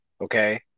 okay